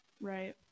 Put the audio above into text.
Right